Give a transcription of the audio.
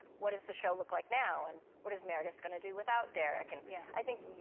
what does the show look like now? and what is meredith gonna do without derek? and yeah i think,